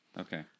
Okay